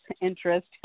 interest